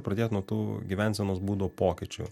pradėt nuo tų gyvensenos būdo pokyčių